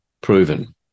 proven